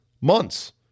months